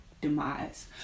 demise